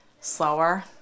slower